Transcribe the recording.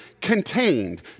contained